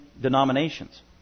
denominations